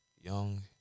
Young